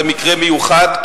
זה מקרה מיוחד,